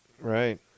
Right